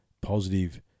positive